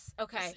Okay